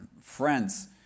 friends